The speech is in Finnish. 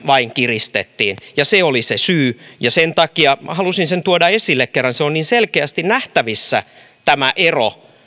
vain kiristettiin se oli se syy ja sen takia halusin sen tuoda esille koska se on niin selkeästi nähtävissä tämä ero